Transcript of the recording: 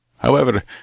However